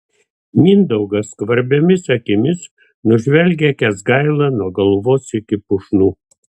mindaugas skvarbiomis akimis nužvelgia kęsgailą nuo galvos iki pušnų